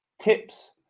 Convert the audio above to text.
tips